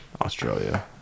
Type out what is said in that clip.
australia